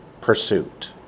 pursuit